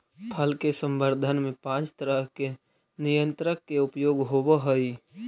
फल के संवर्धन में पाँच तरह के नियंत्रक के उपयोग होवऽ हई